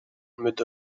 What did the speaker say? with